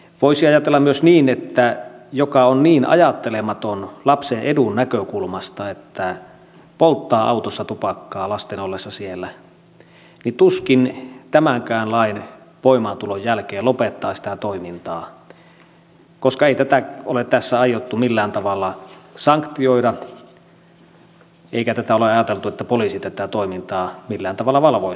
voisi ajatella myös niin että joka on niin ajattelematon lapsen edun näkökulmasta että polttaa autossa tupakkaa lasten ollessa siellä tuskin tämänkään lain voimaantulon jälkeen lopettaa sitä toimintaa koska ei tätä ole tässä aiottu millään tavalla sanktioida eikä ole ajateltu että poliisi tätä toimintaa millään tavalla valvoisikaan